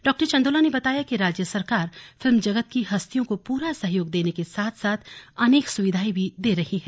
डॉचन्दोला ने बताया कि राज्य सरकार फिल्म जगत की हस्तियों को पूरा सहयोग देने के साथ साथ अनेक सुविधाएं भी दे रही है